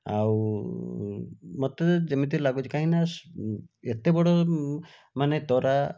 ଆଉ ମୋତେ ଯେମିତି ଲାଗୁଛି କାହିଁକିନା ଏତେ ବଡ଼ ମାନେ ତରା